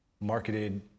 marketed